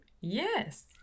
Yes